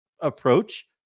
approach